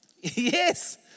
Yes